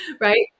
right